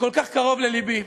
שכל כך קרוב ללבי,